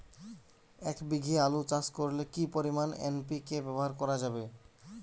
এক বিঘে আলু চাষ করলে কি পরিমাণ এন.পি.কে ব্যবহার করা যাবে?